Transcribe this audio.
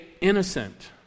innocent